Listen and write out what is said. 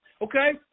Okay